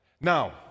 Now